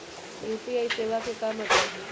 UPI सेवा के का मतलब है?